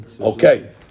okay